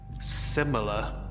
similar